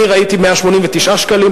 אני ראיתי 189 שקלים,